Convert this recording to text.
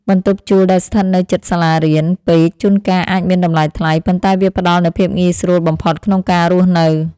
បន្ទប់ជួលដែលស្ថិតនៅជិតសាលារៀនពេកជួនកាលអាចមានតម្លៃថ្លៃ ប៉ុន្តែវាផ្តល់នូវភាពងាយស្រួលបំផុតក្នុងការរស់នៅ។